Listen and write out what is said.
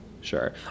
Sure